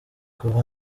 kuva